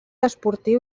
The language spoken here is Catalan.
esportiu